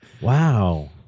Wow